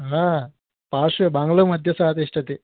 हा पार्श्वे बाङ्लोमध्ये सः तिष्ठति